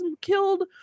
killed